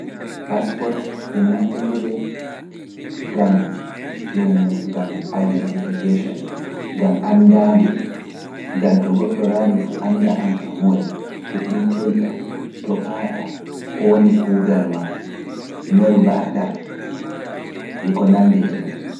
Paaspot e naftindiree ngam, ɗum ngam identification, ngam anndaade, ngam to goɗɗo raari fuu annda aan a moye, to iwtoyɗaa, to paaɗaa, ko woni kuugal maa, noye mbaɗaa e ko nanndi e non.